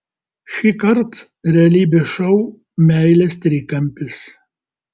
šįkart realybės šou meilės trikampis